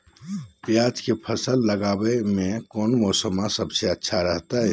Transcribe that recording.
प्याज के फसल लगावे में कौन मौसम सबसे अच्छा रहतय?